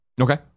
Okay